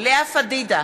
לאה פדידה,